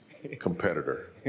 Competitor